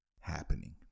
happening